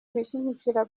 gushyigikira